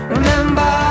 Remember